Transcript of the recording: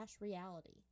reality